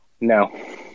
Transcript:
No